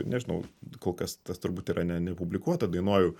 nežinau kol kas tas turbūt yra ne nepublikuota dainuoju